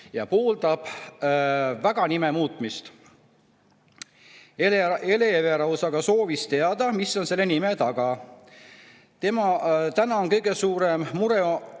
ta pooldab väga nime muutmist. Hele Everaus aga soovis teada, mis on selle nime taga. Temal on täna kõige suurem mure